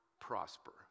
prosper